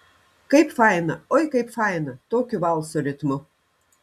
kaip faina oi kaip faina tokiu valso ritmu